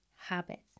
habits